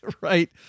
right